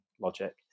logic